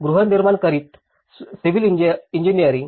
गृहनिर्माण करीत सिव्हील अभियंता